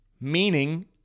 Meaning